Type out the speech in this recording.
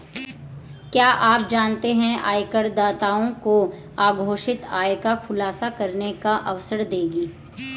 क्या आप जानते है आयकरदाताओं को अघोषित आय का खुलासा करने का अवसर देगी?